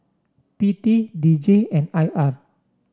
P T D J and I R